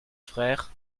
frère